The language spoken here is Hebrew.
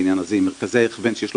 אנחנו רואים שוב שגם בהיבט הזה יש פה